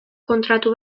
kontratu